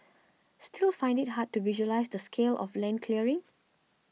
still find it hard to visualise the scale of land clearing